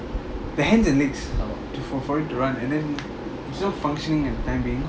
the hands and legs to for for it run and then its not functioning at the time being